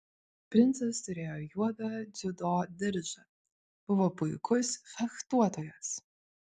princas turėjo juodą dziudo diržą buvo puikus fechtuotojas